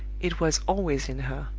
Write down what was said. it was always in her.